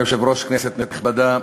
אדוני היושב-ראש, כנסת נכבדה,